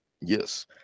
yes